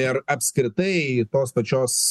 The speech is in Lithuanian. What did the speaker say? ir apskritai tos pačios